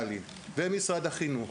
משרד החינוך,